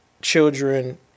children